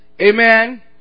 Amen